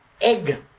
egg